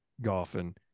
golfing